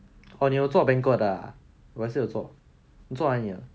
oh 你有做 banquet ah 我也是有做你做哪里的